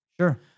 Sure